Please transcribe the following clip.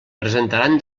presentaran